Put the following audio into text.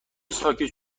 ساکت